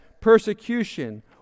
persecution